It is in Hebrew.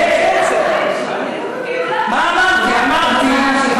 אני כל הזמן אומר שמעמדה של האישה פגוע במדינת ישראל.